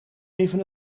even